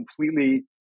completely